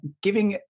giving